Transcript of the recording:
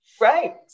Right